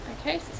okay